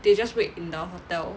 they just wait in the hotel